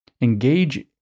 engage